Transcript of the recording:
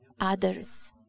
others